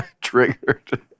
Triggered